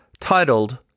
titled